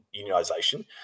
unionization